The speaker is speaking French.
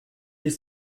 des